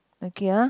okay ah